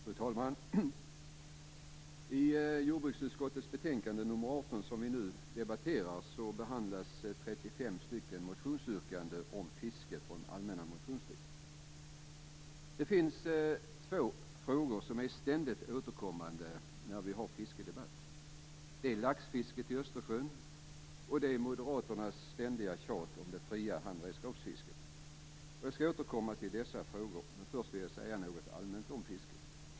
Fru talman! I jordbruksutskottets betänkande nr 18, som vi nu debatterar, behandlas 35 motionsyrkanden om fiske från allmänna motionstiden. Det finns två frågor som är ständigt återkommande vid våra fiskedebatter, nämligen laxfisket i Östersjön och moderaternas ständiga tjat om det fria handredskapsfisket. Jag skall återkomma till dessa frågor, men först vill jag säga något allmänt om fisket.